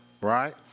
right